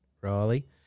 Riley